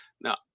Now